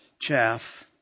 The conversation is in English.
chaff